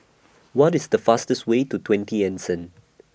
What IS The fastest Way to twenty Anson